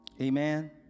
Amen